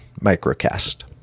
Microcast